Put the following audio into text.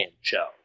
show